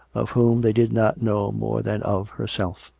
of whom they did not know more than of herself.